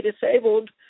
disabled